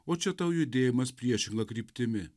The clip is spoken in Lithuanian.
o čia tau judėjimas priešinga kryptimi